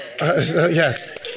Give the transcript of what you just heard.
Yes